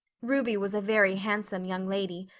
ruby was a very handsome young lady,